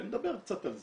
ונדבר קצת על זה.